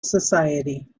society